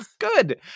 Good